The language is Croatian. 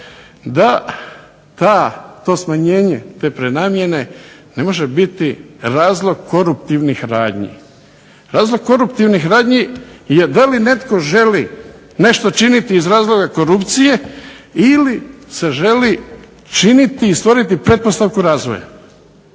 da to smanjenje te prenamjene ne može biti razlog koruptivnih radnji. Razlog koruptivnih radnji je da li netko želi nešto činiti iz razloga korupcije ili se želi činiti i stvoriti pretpostavku razvoja.